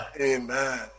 amen